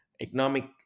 economic